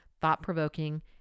thought-provoking